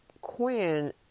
Quinn